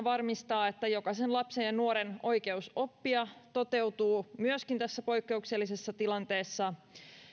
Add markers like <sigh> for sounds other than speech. <unintelligible> varmistaa että jokaisen lapsen ja nuoren oikeus oppia toteutuu myöskin tässä poikkeuksellisessa tilanteessa